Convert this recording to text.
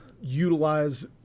utilize